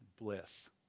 bliss